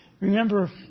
Remember